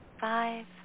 Five